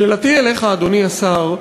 שאלתי אליך, אדוני השר,